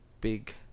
big